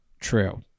True